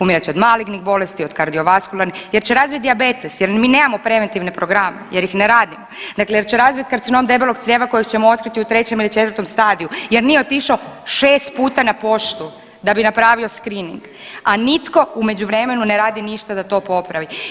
Umirat će od malignih bolesti, od kardiovaskularnih jer će razviti dijabetes jer mi nemamo preventivne programe jer ih ne radimo, dakle jer će razvit karcinom debelog crijeva kojeg ćemo otkriti u trećem ili četvrtom stadiju jer nije otišao 6 puta na poštu da bi napravio screnning, a nitko u međuvremenu ne radi ništa da to popravi.